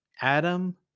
Adam